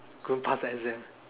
going past exam